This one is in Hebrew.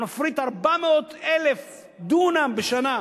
אנחנו נפריט 400,000 דונם בשנה.